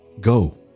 Go